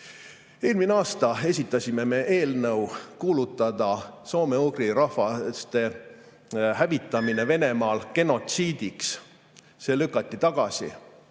Eelmine aasta esitasime me eelnõu, et kuulutada soome-ugri rahvaste hävitamine Venemaal genotsiidiks. See lükati tagasi.